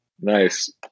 Nice